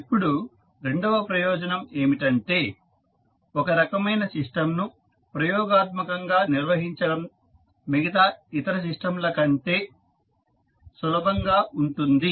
ఇప్పుడు రెండవ ప్రయోజనం ఏమిటంటే ఒక రకమైన సిస్టంను ప్రయోగాత్మకంగా నిర్వహించడం మిగతా ఇతర సిస్టంల కంటే సులభంగా ఉంటుంది